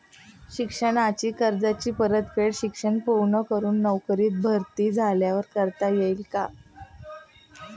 शिक्षणाच्या कर्जाची परतफेड शिक्षण पूर्ण करून नोकरीत भरती झाल्यावर करता येईल काय?